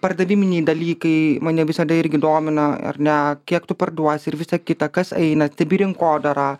pardaviminiai dalykai mane visada irgi domina ar ne kiek tu parduosi ir visa kita kas eina rinkodara